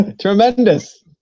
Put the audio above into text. tremendous